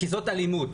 כי זאת אלימות,